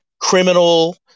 criminal